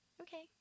Okay